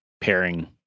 pairing